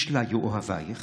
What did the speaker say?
ישליו אהביך.